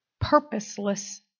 purposeless